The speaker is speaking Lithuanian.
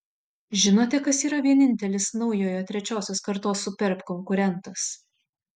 žinote kas yra vienintelis naujojo trečiosios kartos superb konkurentas